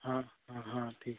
हाँ हाँ ठीक है